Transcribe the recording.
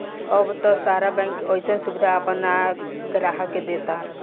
अब त सारा बैंक अइसन सुबिधा आपना ग्राहक के देता